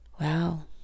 Wow